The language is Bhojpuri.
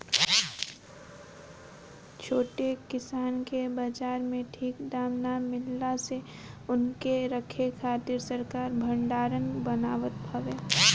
छोट किसान के बाजार में ठीक दाम ना मिलला से उनके रखे खातिर सरकार भडारण बनावत हवे